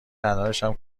الانشم